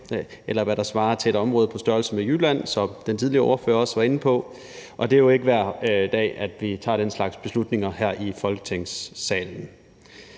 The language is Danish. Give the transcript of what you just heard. eller hvad der svarer til et område på størrelse med Jylland, som den tidligere ordfører også var inde på, og det er jo ikke hver dag, vi træffer den slags beslutninger her i Folketingssalen.